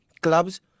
clubs